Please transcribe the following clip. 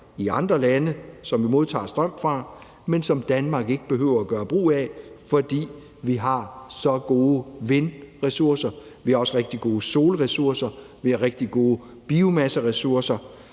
i andre lande, som vi modtager strøm fra, men som Danmark ikke behøver at gøre brug af, fordi vi har så gode vindressourcer – vi har også rigtig gode solressourcer, og vi har rigtig gode biomasseressourcer.